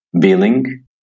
billing